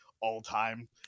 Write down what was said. all-time